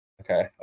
okay